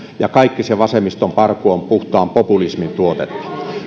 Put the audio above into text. ja kaikki se vasemmiston parku on puhtaan populismin tuotetta